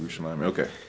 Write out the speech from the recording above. Okay